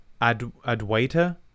Adwaita